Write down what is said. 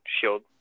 shield